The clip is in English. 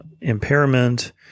impairment